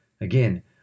Again